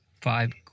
five